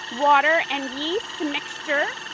water, and yeast mixture.